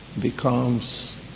becomes